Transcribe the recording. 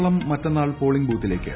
കേരളം മറ്റെന്നാൾ പോളിംഗ് ബൂത്തിലേക്ക്